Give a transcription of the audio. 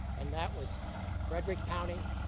and that was frederick county,